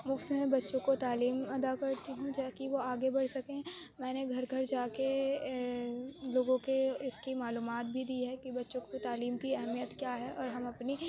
مفت میں بچوں کو تعلیم ادا کرتی ہوں تاکہ وہ آگے بڑھ سکیں میں نے گھر گھر جا کے لوگوں کے اس کی معلومات بھی دی ہے کہ بچوں کی تعلیم کی اہمیت کیا ہے اور ہم اپنی